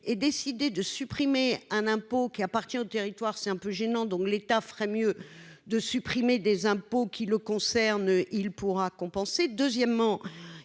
et décidé de supprimer un impôt qui appartient au territoire, c'est un peu gênant, donc l'État ferait mieux de supprimer des impôts qui le concerne il pourra compenser, deuxièmement,